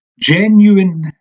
Genuine